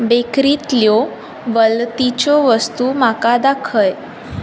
बेकरींतल्यो वलतीच्यो वस्तू म्हाका दाखय